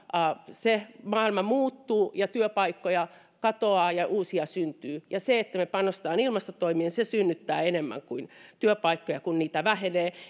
ajan maailma muuttuu ja työpaikkoja katoaa ja uusia syntyy ja se että me panostamme ilmastotoimiin synnyttää enemmän työpaikkoja kuin niitä vähenee